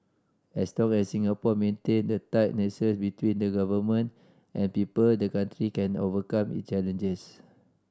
as long as Singapore maintain the tight nexus between the Government and people the country can overcome it challenges